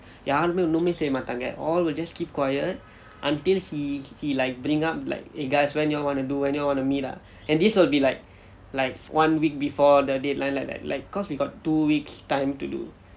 யாருமே ஒண்ணுமே செய்ய மாட்டாங்கே:yaarume onnume seiya maataangae all will just keep quiet until he he like bring up like eh guys when you all wanna do when you all wanna meet lah and this will be like like one week before the deadline like like cause we got two weeks' time to do